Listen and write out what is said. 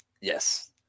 Yes